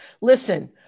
Listen